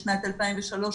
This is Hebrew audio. בשנת 2003,